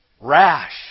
rash